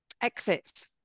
exits